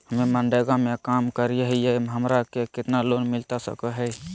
हमे मनरेगा में काम करे हियई, हमरा के कितना लोन मिलता सके हई?